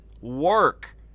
work